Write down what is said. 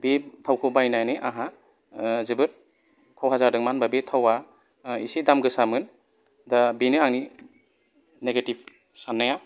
बे थावखौ बायनानै आंहा जोबोद खहा जादों मानो होनोबा बे थावआ एसे दाम गोसामोन बेनो आंनि नेगेतिब साननाया